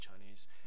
Chinese